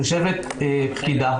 יושבת פקידה,